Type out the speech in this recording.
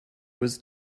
was